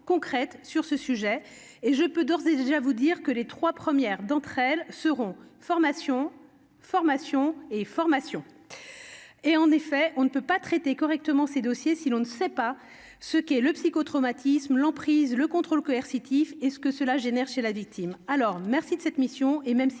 concrètes sur ce sujet. Je puis d'ores et déjà vous dire que les trois premières d'entre elles seront : formations, formations et formations ... En effet, on ne peut pas traiter correctement ces dossiers si l'on ne sait pas ce que sont le psychotraumatisme, l'emprise ou encore le contrôle coercitif, et ce que cela entraîne chez la victime. Aussi, je vous remercie de cette mission et, même si